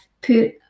put